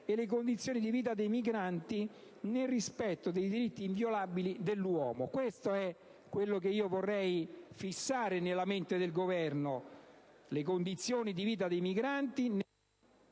e le condizioni di vita dei migranti, nel rispetto dei diritti inviolabili dell'uomo. Questo è ciò che vorrei fissare nella mente del Governo,